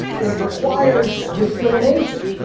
it required discrimination.